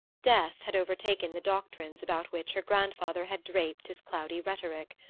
death had overtaken the doctrines about which her grandfather had draped his cloudy rhetoric.